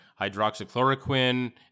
hydroxychloroquine